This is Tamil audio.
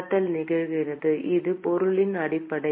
கடத்தல் நிகழ்கிறது இது பொருளின் அடிப்படை